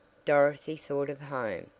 dorothy thought of home,